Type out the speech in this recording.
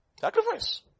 Sacrifice